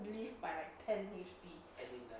live by like ten H_P